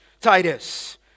Titus